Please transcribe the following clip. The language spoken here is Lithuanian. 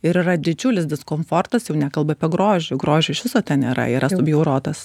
ir yra didžiulis diskomfortas jau nekalbu apie grožį grožio iš viso nėra yra subjaurotas